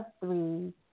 three